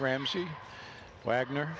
ramsey wagner